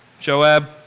Joab